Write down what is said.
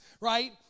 right